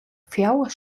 fjouwer